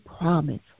promise